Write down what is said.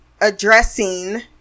addressing